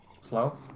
Slow